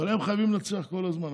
אבל הם חייבים לנצח כל הזמן.